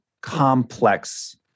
complex